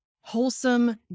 wholesome